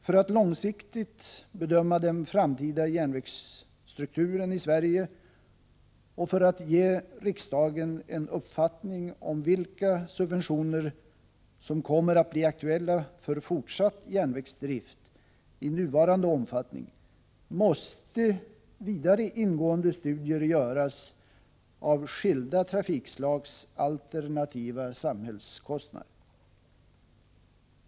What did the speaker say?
För att långsiktigt bedöma den framtida järnvägsstrukturen i Sverige och för att ge riksdagen en uppfattning om vilka subventioner som kommer att bli aktuella för fortsatt järnvägsdrift i nuvarande omfattning måste vidare ingående studier göras av skilda trafikslags alternativa samhällskostnader.